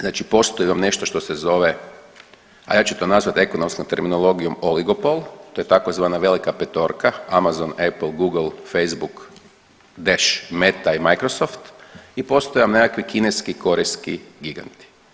Znači postoji vam nešto što se zove, a ja ću to nazvati ekonomskom terminologijom oligopol, to je tzv. velika petorka, Amazon, Aple, Google, Facebook, Dash, Meta i Microsoft i postoje vam nekakvi kineski i korejski giganti.